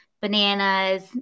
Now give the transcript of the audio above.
bananas